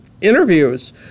interviews